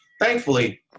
thankfully